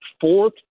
fourth